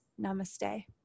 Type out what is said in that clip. namaste